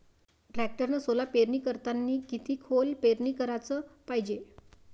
टॅक्टरनं सोला पेरनी करतांनी किती खोल पेरनी कराच पायजे?